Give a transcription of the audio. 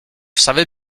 savais